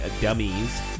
dummies